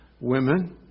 women